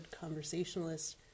conversationalist